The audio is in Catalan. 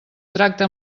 tracte